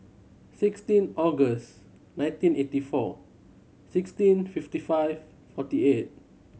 sixteen August nineteen eighty four sixteen fifty five forty eight